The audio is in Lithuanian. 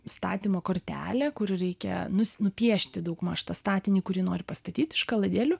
statymo kortelė kur reikia nu nupiešti daugmaž tą statinį kurį nori pastatyti iš kaladėlių